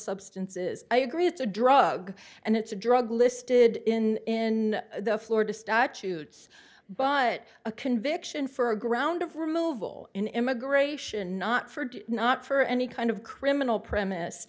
substances i agree it's a drug and it's a drug listed in the florida statutes but a conviction for a ground of removal in immigration not for not for any kind of criminal premise